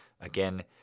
again